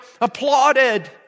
applauded